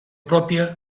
pròpia